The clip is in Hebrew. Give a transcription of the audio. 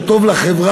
שהוא טוב לחברה,